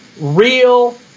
Real